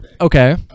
Okay